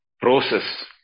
process